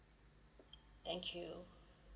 thank you